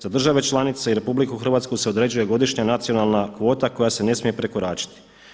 Za države članice i RH se određuje godišnja nacionalna kvota koja se ne smije prekoračiti.